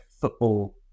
football